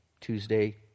Tuesday